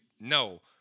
No